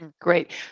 Great